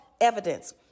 evidence